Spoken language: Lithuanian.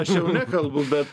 aš jau nekalbu bet